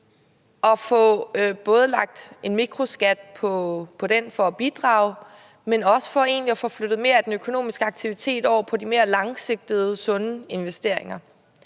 skal pålægges en mikroskat for at bidrage, men det er også for at få flyttet mere af den økonomiske aktivitet over på de mere langsigtede sunde investeringer.